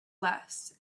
less